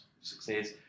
success